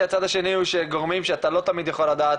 כי הצד השני הוא שגורמים שאתה לא יכול תמיד לדעת